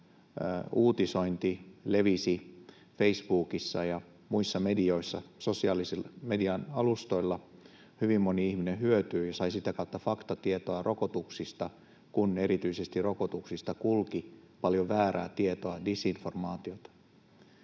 uutisointi levisi Facebookissa ja muissa medioissa, sosiaalisen median alustoilla. Hyvin moni ihminen hyötyi ja sai sitä kautta faktatietoa rokotuksista, kun erityisesti rokotuksista kulki paljon väärää tietoa, disinformaatiota.